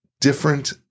different